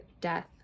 death